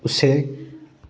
ꯎꯆꯦꯛ